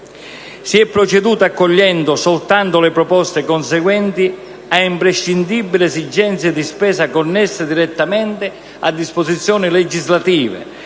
Si è proceduto accogliendo soltanto le proposte conseguenti a imprescindibili esigenze di spesa connesse direttamente a disposizioni legislative,